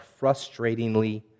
frustratingly